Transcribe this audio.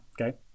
okay